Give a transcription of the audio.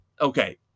okay